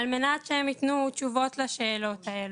על מנת שהם ייתנו תשובות לשאלות האלה,